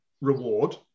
reward